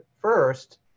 first